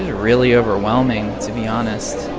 really overwhelming, to be honest